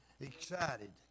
excited